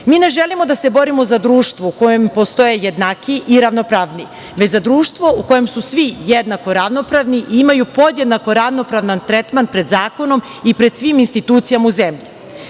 ne želimo da se borimo za društvo u kojem postoje jednakiji i ravnopravniji, već za društvo u kojem su svi jednako ravnopravni i imaju podjednako ravnopravan tretman pred zakonom i pred svim institucijama u